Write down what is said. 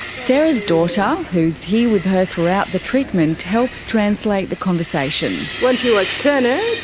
sarah's daughter, who's here with her throughout the treatment, helps translate the conversation. when she was ten.